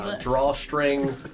Drawstring